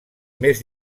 més